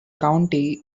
county